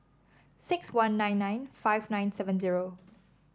six one nine nine five nine seven zero